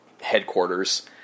headquarters